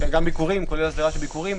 גם ביקורים, כולל הסדרת הביקורים.